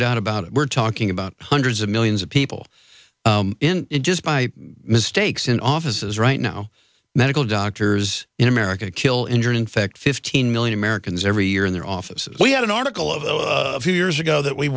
doubt about it we're talking about hundreds of millions of people just by mistakes in offices right now medical doctors in america kill injure infect fifteen million americans every year in their offices we had an article of a few years ago that we